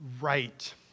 right